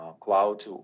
cloud